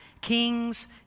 kings